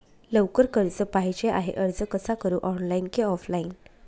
लवकर कर्ज पाहिजे आहे अर्ज कसा करु ऑनलाइन कि ऑफलाइन?